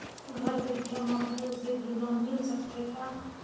घर बइठे मोबाईल से भी लोन मिल सकथे का?